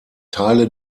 teile